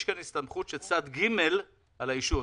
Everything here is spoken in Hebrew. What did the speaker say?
יש כאן הסתמכות של צד ג' על האישור.